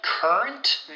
Current